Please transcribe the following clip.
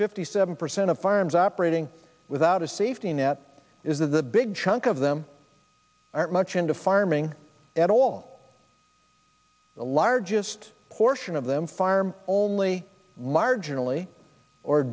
fifty seven percent of firms operating without a safety net is that the big chunk of them aren't much into farming at all the largest portion of them farm only marginally or